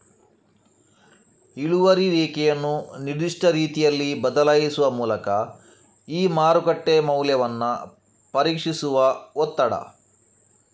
ಇಳುವರಿ ರೇಖೆಯನ್ನು ನಿರ್ದಿಷ್ಟ ರೀತಿಯಲ್ಲಿ ಬದಲಾಯಿಸುವ ಮೂಲಕ ಈ ಮಾರುಕಟ್ಟೆ ಮೌಲ್ಯವನ್ನು ಪರೀಕ್ಷಿಸುವ ಒತ್ತಡ